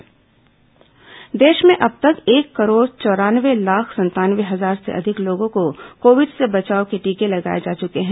corona टीकाकरण देश में अब तक एक करोड़ चौरानवे लाख संतानवे हजार से अधिक लोगों को कोविड से बचाव के टीके लगाये जा चुके हैं